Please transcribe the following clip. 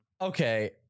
Okay